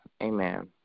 Amen